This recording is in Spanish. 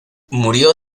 murió